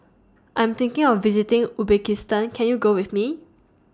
I'm thinking of visiting Uzbekistan Can YOU Go with Me